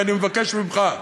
ואני מבקש ממך,